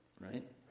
Right